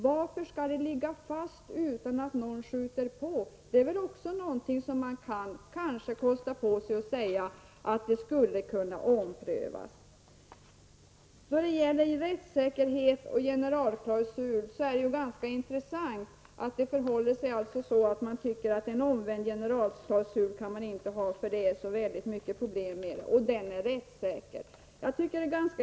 Varför skall det ligga fast utan att någon skjuter på? Också det är väl någonting som man kanske kunde kosta på sig att ompröva. Då det gäller rättssäkerhet och generalklausul är det ganska intressant att man tycker att man inte kan ha en omvänd generalklausul, eftersom den medför så många problem och är rättsosäker.